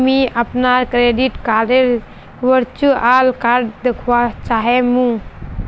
मी अपनार क्रेडिट कार्डडेर वर्चुअल कार्ड दखवा चाह मु